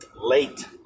Late